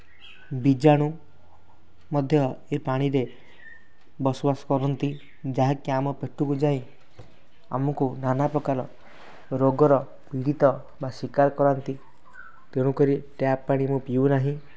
ବୀଜାଣୁ ମଧ୍ୟ ଏ ପାଣିରେ ବସବାସ କରନ୍ତି ଯାହାକି ଆମ ପେଟକୁ ଯାଇ ଆମକୁ ନାନା ପ୍ରକାର ରୋଗର ପୀଡ଼ିତ ବା ଶିକାର କରାନ୍ତି ତେଣୁ କରି ଟ୍ୟାପ୍ ପାଣି ମୁଁ ପିଉ ନାହିଁ